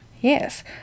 Yes